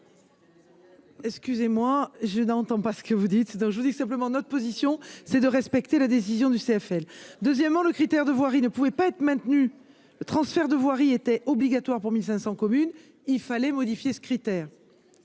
Excusez-moi, je n'entends pas ce que vous dites donc, je vous dis simplement notre position c'est de respecter la décision du CFL, deuxièmement, le critère de voirie ne pouvait pas être maintenus, transfert de voirie était obligatoire pour 1500 communes il fallait modifier ce critère,